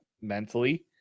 mentally